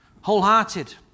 Wholehearted